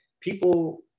people